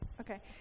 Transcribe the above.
okay